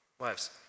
wives